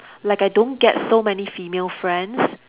like I don't get so many female friends